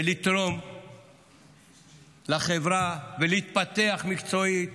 ולתרום לחברה, ולהתפתח מקצועית,